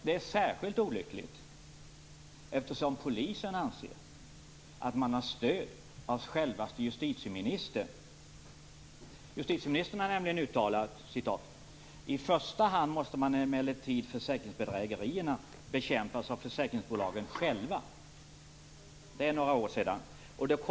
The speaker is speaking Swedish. Det är särskilt olyckligt eftersom polisen anser att man har stöd av självaste justitieministern. Hon har nämligen uttalat: I första hand måste emellertid försäkringsbedrägerierna bekämpas av försäkringsbolagen själva.